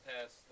past